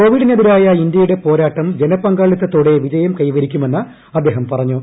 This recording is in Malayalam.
കോവിഡിനെതിരായ ഇന്ത്യയുടെ പോരാട്ടം ജനപങ്കാളിത്തതോടെ വിജയം കൈവരിക്കുമെന്ന് അദ്ദേഹം പറഞ്ഞു